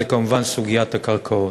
הוא כמובן סוגיית הקרקעות.